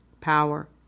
power